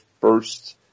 first